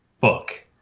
book